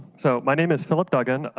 so my name is philip duggan,